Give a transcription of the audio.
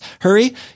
Hurry